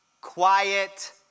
quiet